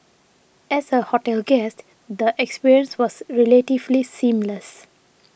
as a hotel guest the experience was relatively seamless